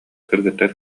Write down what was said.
кыргыттар